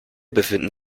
befinden